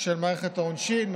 של מערכת העונשין,